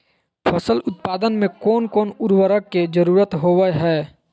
फसल उत्पादन में कोन कोन उर्वरक के जरुरत होवय हैय?